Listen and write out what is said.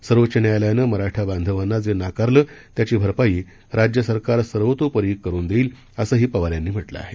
सर्वोच्च न्यायालयानं मराठा बांधवांना जे नाकारलं त्याची भरपाई राज्य सरकार सर्वतोपरीनं करून देईल असंही पवार यांनी म्हटलं आहे